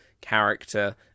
character